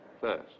First